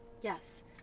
Yes